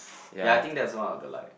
ya I think that's one of the like